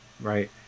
Right